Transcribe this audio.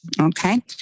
okay